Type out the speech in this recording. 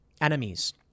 enemies